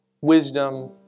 wisdom